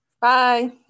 Bye